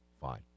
fine